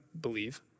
believe